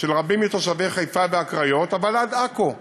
של רבים מתושבי חיפה והקריות, אבל עד עכו.